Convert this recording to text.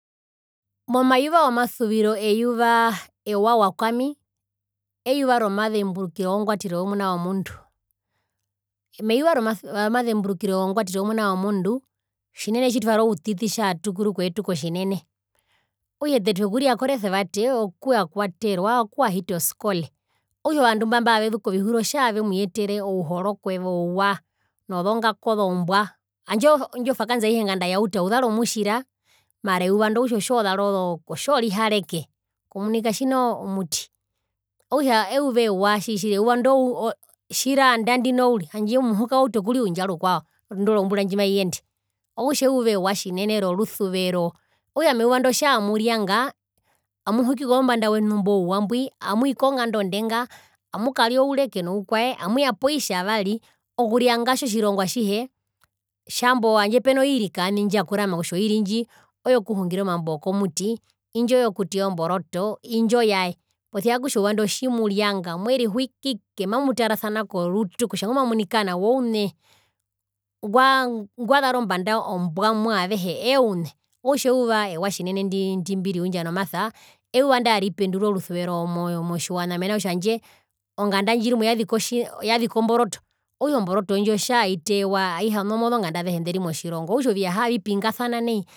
Momayuva womasuviro eyuva rongwatero yomuna womundu meyuva romasu romazemburukiro wongwatero yomuna womundu tjinene tjitwari outititjatukuru koyetu kotjinene okutja ete twekurira koresevate okuwakwaterwa okuwahita oskole okutja ovandu mba mbaavezu kotjihuro otjavemuyetere ouhorokokweva ouwa nozongaku ozombwa handje indjo vakaansiaihe nganda yauta uzara omutjira mara eyuva ndo okutja otjozara oozoo otjorihareke okumunika tjina omuti okutja euva tjiri tjiri euva ndo tjiraanda ndino uriri handje muhuka wautu okuriundja rukwao indo rombura ndjimaiyende okutja eyuva ewa tjinene rorusuvero okutja meyuva ndo atja murianga amuhikike ouvanda wenu imbouwa mbwi amwii konganda ondenga amukaria oureke novikwae omuya poitjavari okurianga itjo tjirongo atjihe tjambo handje peno oiri kaani ndjakurama kutja oiri ndji oyokuhingira omambo yokomuti indji oyokuteya omboroto indji oyae posia eyuva ndo otjimurianga mwerihikike mamutarasana korutu kutja ngumamunika nawa oune ngwa ngwazara ombanda ombwa muwo azehe eune okutja euva ewa tjinene ndi ndimbiriundja nomasa euva ndaripendura orusuvero motjiwana mena rokutja handje onganda aihe yaziki omboroto okutja omboroto ndjo atajitewa aihanewa mozonganda azehe nderi motjirongo okutja oviyaha aavipingasana nai.